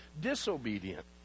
disobedient